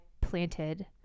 planted